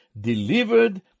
delivered